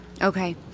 Okay